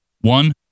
one